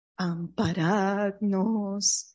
amparadnos